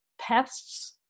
pests